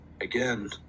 Again